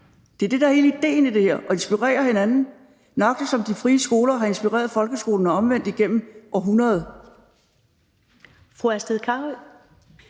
Det er det, der er hele idéen i det her, nemlig at inspirere hinanden, nøjagtig som de frie skoler har inspireret folkeskolen og omvendt igennem århundreder.